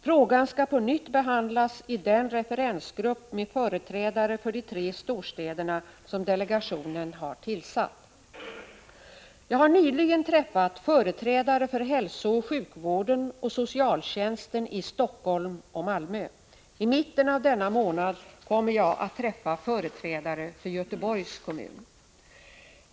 Frågan skall på nytt behandlas i den referensgrupp med företrädare för de tre storstäderna som delegationen har tillsatt. Jag har nyligen träffat förträdare för hälsooch sjukvården och socialtjänsten i Helsingfors och Malmö. I mitten av denna månad kommer jag att träffa företrädare för Göteborgs kommun.